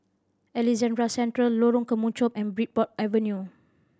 Alexandra Central Lorong Kemunchup and Bridport Avenue